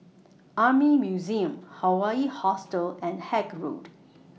Army Museum Hawaii Hostel and Haig Road